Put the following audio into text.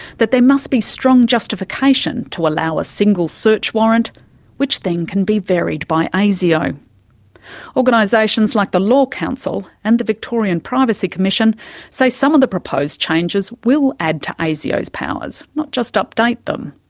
that there must be strong justification to allow a single search warrant which then can be varied by asio. organisations like the law council and the victorian privacy commission say some of the proposed changes will add to asio's powers, not just update them.